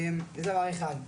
זה דבר אחד.